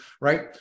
right